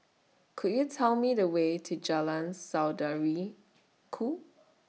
Could YOU Tell Me The Way to Jalan Saudara Ku